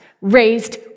raised